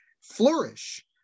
flourish